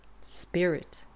spirit